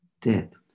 depth